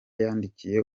yandikiye